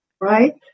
Right